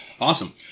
Awesome